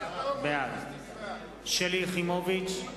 בעד שלי יחימוביץ,